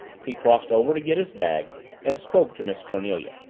he crossed over to get his bag and spoke to miss cornelia.